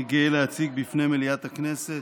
אני גאה להציג בפני מליאת הכנסת,